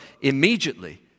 immediately